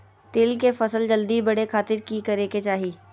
तिल के फसल जल्दी बड़े खातिर की करे के चाही?